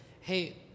hey